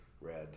Red